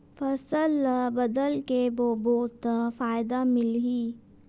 फसल ल बदल के बोबो त फ़ायदा मिलही?